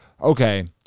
okay